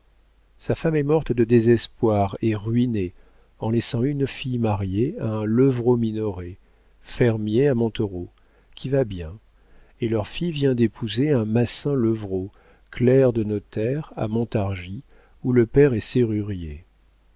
sa femme est morte de désespoir et ruinée en laissant une fille mariée à un levrault minoret fermier à montereau qui va bien et leur fille vient d'épouser un massin levrault clerc de notaire à